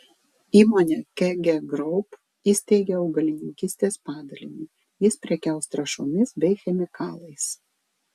įmonė kg group įsteigė augalininkystės padalinį jis prekiaus trąšomis bei chemikalais